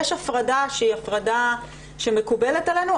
יש הפרדה שהיא הפרדה שמקובלת עלינו,